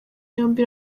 yombi